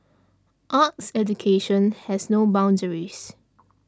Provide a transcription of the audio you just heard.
arts education has no boundaries